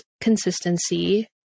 consistency